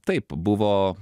taip buvo